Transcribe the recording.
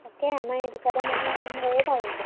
তাকে আমাৰ এইটো ছাইদৰ মানুহৰ কাৰণে অকমান ভয়েই বাৰু